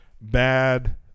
bad